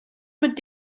mit